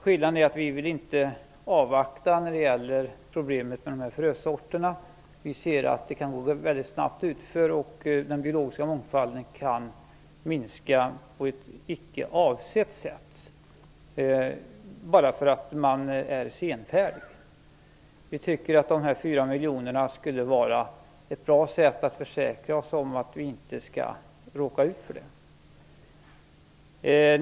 Skillnaden är att vi inte vill avvakta när det gäller problemet med frösorterna. Vi ser att det kan gå väldigt snabbt utför och att den biologiska mångfalden kan minska på ett icke avsett sätt bara för att man är senfärdig. Vi tycker att dessa 4 miljoner skulle vara ett bra sätt att försäkra oss om att inte råka ut för detta.